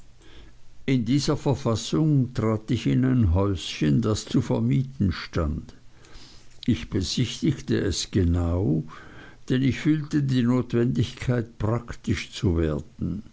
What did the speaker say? in dieser verfassung trat ich in ein häuschen das zu vermieten stand ich besichtigte es genau denn ich fühlte die notwendigkeit praktisch zu werden